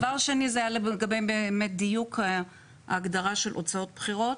ודבר שני זה היה לגבי באמת דיוק ההגדרה של הוצאות בחירות,